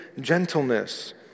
gentleness